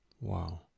Wow